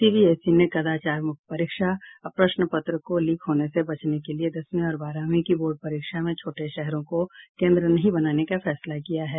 CBSE ने कदाचार मुक्त परीक्षा और प्रश्नपत्र को लीक होने से बचाने के लिए दसवीं और बारहवीं की बोर्ड परीक्षा में छोटे शहरों को केन्द्र नहीं बनाने का फैसला किया है